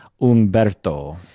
umberto